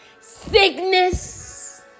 sickness